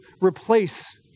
replace